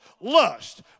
lust